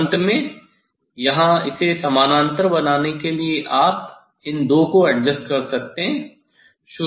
अंत में यहां इसे समानांतर बनाने के लिए आप इन दो को एडजस्ट कर सकते हैं